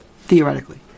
theoretically